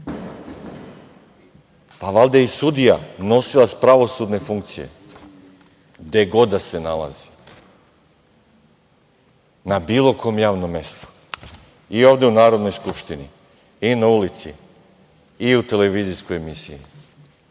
Pa valjda je i sudija nosilac pravosudne funkcije gde god da se nalazi, na bilo kom javnom mestu, i ovde u Narodnoj skupštini i na ulici, i u televizijskoj emisiji